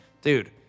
Dude